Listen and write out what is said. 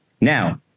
Now